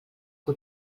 que